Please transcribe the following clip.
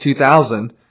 2000